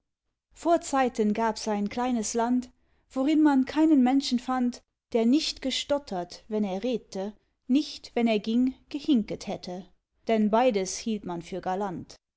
vorzeiten gabs ein kleines land worin man keinen menschen fand der nicht gestottert wenn er redte nicht wenn er ging gehinket hätte denn beides hielt man für galant